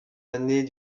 année